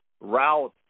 route